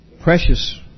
precious